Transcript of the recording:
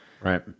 right